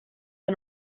que